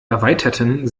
erweiterten